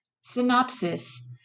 Synopsis